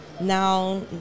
now